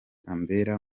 ambera